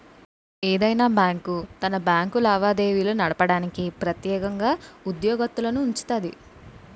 ఏదైనా బ్యాంకు తన బ్యాంకు లావాదేవీలు నడపడానికి ప్రెత్యేకంగా ఉద్యోగత్తులనుంచుతాది